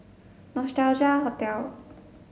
Nostalgia Hotel